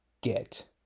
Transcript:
get